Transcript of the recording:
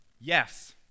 Yes